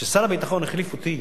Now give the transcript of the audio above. כששר הביטחון החליף אותי,